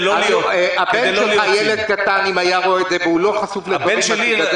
אם הבן שלך שהוא ילד קטן היה רואה את זה והוא לא חשוף לדברים כאלה,